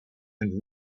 and